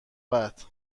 بعد